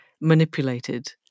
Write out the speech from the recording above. manipulated